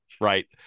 right